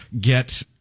get